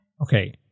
Okay